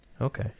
Okay